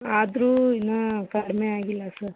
ಆದರೂ ಇನ್ನೂ ಕಡಿಮೆ ಆಗಿಲ್ಲ ಸರ್